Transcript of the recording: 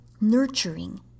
nurturing